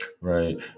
Right